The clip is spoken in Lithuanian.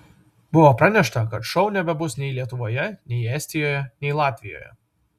buvo pranešta kad šou nebebus nei lietuvoje nei estijoje nei latvijoje